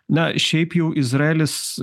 na šiaip jau izraelis